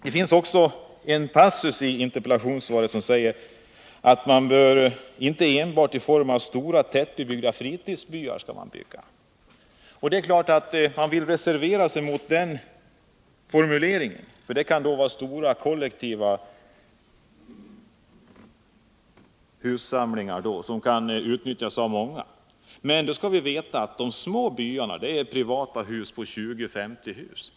Det finns också en passus i interpellationssvaret där det heter att man inte bör bygga enbart i form av stora tätbebyggda fritidsbyar. Det är klart att man vill reservera sig mot den formuleringen, för det kan vara stora kollektiva hussamlingar som kan utnyttjas av många. Men då skall vi veta att de små Nr 57 byarna är privata och har 20-50 hus.